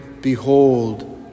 Behold